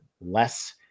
less